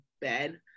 bed